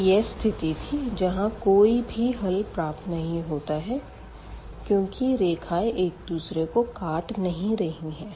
तो यह स्थिति थी जहां कोई भी हल प्राप्त नहीं होता क्यूंकि रेखाएँ एक दूसरे को काट नहीं रही है